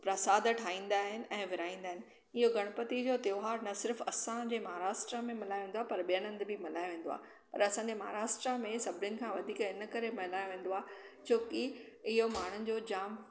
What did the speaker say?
परसाद ठाहींदा आहिनि ऐं विरहाईंदा अहिनि इहो गणपति जो त्योहारु न सिर्फ़ु असांजे महाराष्ट्रा में मल्हायो वेंदो आहे पर ॿियनि हंधु बि मल्हायो वेंदो आहे पर असांजे महाराष्ट्रा में सभिनीनि खां वधीक हिन करे मल्हायो वेंदो आहे छोकी इहो माण्हुनि जो जामु